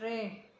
टे